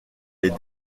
les